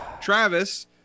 Travis